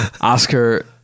Oscar